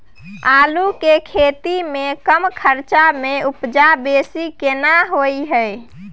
आलू के खेती में कम खर्च में उपजा बेसी केना होय है?